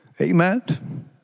Amen